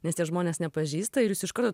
nes tie žmonės nepažįsta jūs ir iš karto